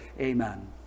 Amen